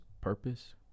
purpose